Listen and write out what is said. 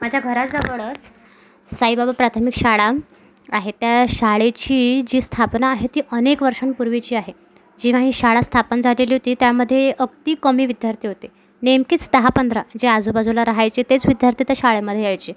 माझ्या घराजवळच साईबाबा प्राथमिक शाळा आहे त्या शाळेची जी स्थापना आहे ती अनेक वर्षांपूर्वीची आहे जेव्हा ही शाळा स्थापन झालेली होती त्यामध्ये अगदी कमी विद्यार्थी होते नेमकेच दहा पंधरा जे आजूबाजूला रहायचे तेच विद्यार्थी त्या शाळेमध्ये यायचे